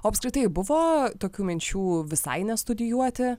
o apskritai buvo tokių minčių visai nestudijuoti